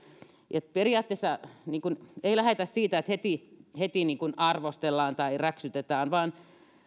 niin että periaatteessa ei lähdetä siitä että heti heti niin kuin arvostellaan tai räksytetään vaan meidän